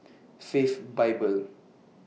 Faith Bible